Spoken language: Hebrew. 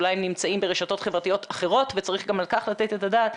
אולי הם נמצאים ברשתות חברתיות אחרות וצריך גם על כך לתת את הדעת.